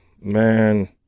Man